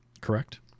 correct